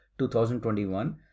2021